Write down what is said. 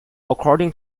according